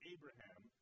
Abraham